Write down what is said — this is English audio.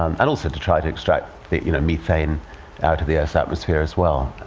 um and also to try to extract the methane out of the earth's atmosphere as well.